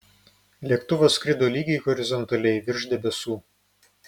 lėktuvas skrido lygiai horizontaliai virš debesų